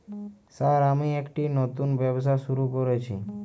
Sir আমি একটি নতুন ব্যবসা শুরু করেছি?